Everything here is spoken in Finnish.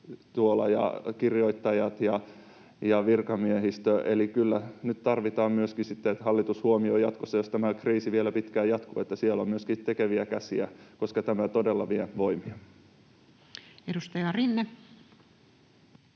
tuolla ja kirjoittajat ja virkamiehistö. Eli kyllä nyt tarvitaan myöskin sitä, että hallitus huomioi sitten jatkossa, jos tämä kriisi vielä pitkään jatkuu, että siellä on myöskin tekeviä käsiä, koska tämä todella vie voimia. [Speech 22]